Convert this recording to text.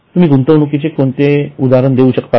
तुम्ही गुंतवणूकीचे कोणतीही उदाहरणे देऊ शकता का